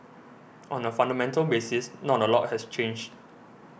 on a fundamental basis not a lot has changed